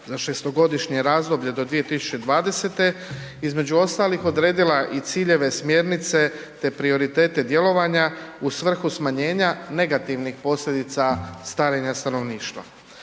za 6-godišnje razdoblje do 2020., između ostalih odredila i ciljeve, smjernice, te prioritete djelovanja u svrhu smanjenja negativnih posljedica starenja stanovnjištva.